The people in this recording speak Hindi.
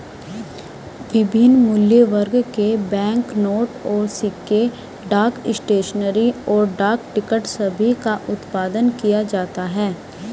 विभिन्न मूल्यवर्ग के बैंकनोट और सिक्के, डाक स्टेशनरी, और डाक टिकट सभी का उत्पादन किया जाता है